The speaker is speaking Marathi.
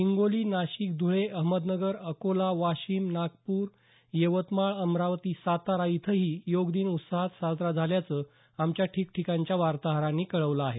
हिंगोली नाशिक धुळे अहमदनगर अकोला वाशीम नागपूर यवतमाळ अमरावती सातारा इथंही योग दिन उत्साहात साजरा झाल्याचं आमच्या ठिकठिकाणच्या वार्ताहरांनी कळवलं आहे